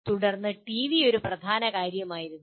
തുടർന്ന് ടിവി ഒരു പ്രധാന കാര്യമായിരുന്നു